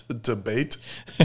Debate